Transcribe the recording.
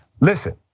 Listen